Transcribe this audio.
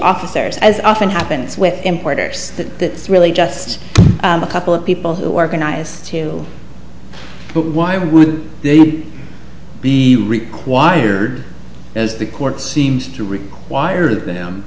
officers as often happens with importers that that's really just a couple of people who organize to why would they be required as the court seems to require them